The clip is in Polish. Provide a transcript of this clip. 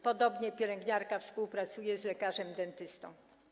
Podobnie pielęgniarka współpracuje z lekarzem dentystą.